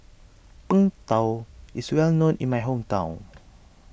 Png Tao is well known in my hometown